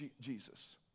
Jesus